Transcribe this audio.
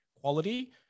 quality